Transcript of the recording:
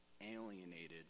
alienated